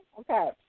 Okay